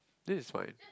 this is fine